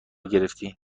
گرفتی